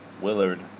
Willard